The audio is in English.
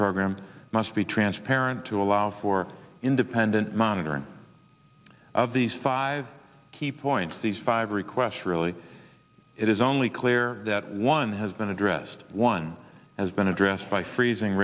program must be transparent to allow for independent monitoring of these five key points these five requests really it is only clear that one has been addressed one has been addressed by freezing